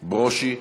ברושי,